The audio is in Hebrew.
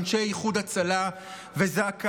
אנשי איחוד הצלה וזק"א,